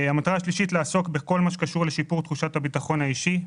המטרה השלישית היא לעסוק בכל מה שקשור לשיפור תחושת הביטחון האישי,